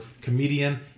comedian